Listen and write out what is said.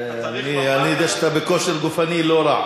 אני יודע שאתה בכושר גופני לא רע.